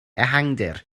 ehangdir